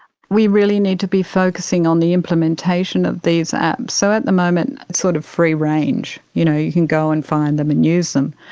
we really need to be focusing on the implementation of these apps. so at the moment it's sort of free range, you know, you can go and find them and use them.